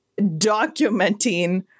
documenting